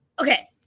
Okay